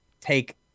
take